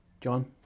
John